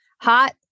Hot